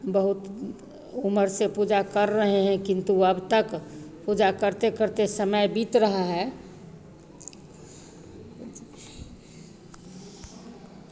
बहुत उम्र से पूजा कर रहे हैं किन्तु अब तक पूजा करते करते समय बीत रहा है